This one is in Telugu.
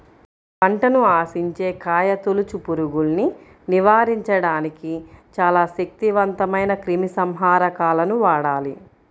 పంటను ఆశించే కాయతొలుచు పురుగుల్ని నివారించడానికి చాలా శక్తివంతమైన క్రిమిసంహారకాలను వాడాలి